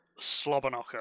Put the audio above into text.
Slobberknocker